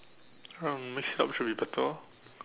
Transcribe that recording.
um next card should be better